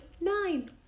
nine